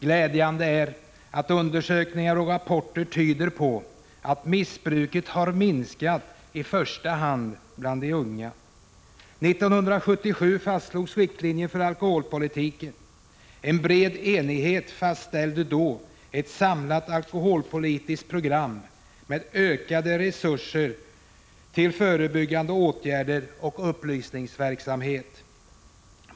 Glädjande är att undersökningar och rapporter tyder på att missbruket har minskat, i första hand bland de unga. År 1977 fastslogs riktlinjerna för alkoholpolitiken. Under bred enhet fastställdes ett samlat alkoholpolitiskt program med ökade resurser till förebyggande åtgärder och upplysningsverksamhet.